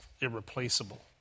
irreplaceable